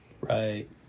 right